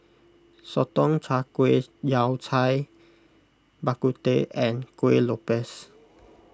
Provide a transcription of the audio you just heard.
Sotong Char Kway Yao Cai Bak Kut Teh and Kueh Lopes